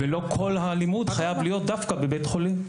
ולא כל הלימוד חייב להיות דווקא בבית חולים.